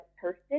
person